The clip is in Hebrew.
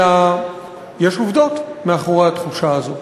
אלא יש עובדות מאחורי התחושה הזו.